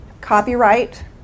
Copyright